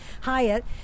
Hyatt